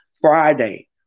Friday